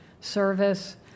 service